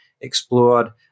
explored